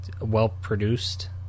well-produced